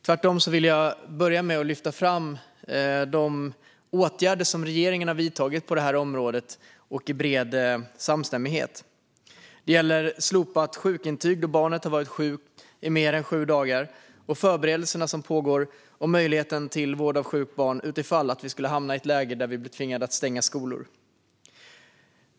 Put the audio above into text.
Tvärtom vill jag börja med att lyfta fram de åtgärder som regeringen har vidtagit på det här området, i bred samstämmighet. Det gäller slopat sjukintyg då ett barn har varit sjukt i mer än 7 dagar, och det gäller de förberedelser för möjligheten till vård av sjukt barn som pågår utifall vi skulle hamna i ett läge där vi blir tvingade att stänga skolor.